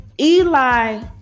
Eli